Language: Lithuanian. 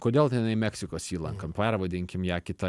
kodėl tenai meksikos įlanka pervadinkim ją kita